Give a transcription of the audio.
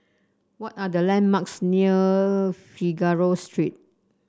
what are the landmarks near Figaro Street